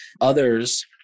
Others